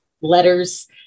letters